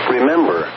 Remember